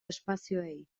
espazioei